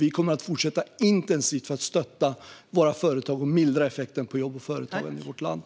Vi kommer att fortsätta arbeta intensivt för att stötta våra företag och mildra effekten på jobb och företagande i vårt land.